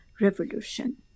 revolution